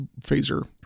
phaser